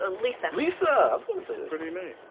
and lisa. lisa. i was gonna say that. pretty name.